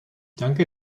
danke